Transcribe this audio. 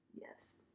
Yes